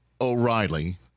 O'Reilly